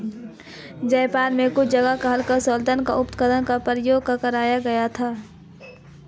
Japan में कुछ जगह हल्के सोलर उपकरणों का प्रयोग भी करा गया था